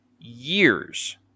years